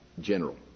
general